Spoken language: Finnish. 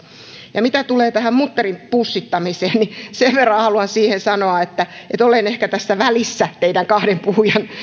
ja mitä tulee tähän mutterin pussittamiseen niin sen verran haluan siihen sanoa että olen ehkä tässä teidän kahden puhujan